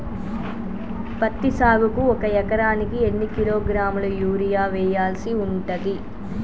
పత్తి సాగుకు ఒక ఎకరానికి ఎన్ని కిలోగ్రాముల యూరియా వెయ్యాల్సి ఉంటది?